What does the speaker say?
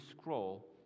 scroll